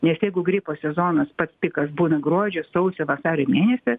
nes jeigu gripo sezonas pats pikas būna gruodžio sausio vasario mėnesį